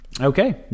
Okay